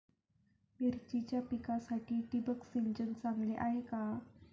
मिरचीच्या पिकासाठी ठिबक सिंचन चांगले आहे का?